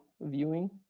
viewing